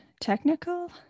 technical